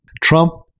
Trump